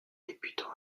débutant